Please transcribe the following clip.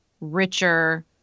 richer